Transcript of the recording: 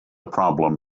problem